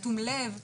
אטום לב,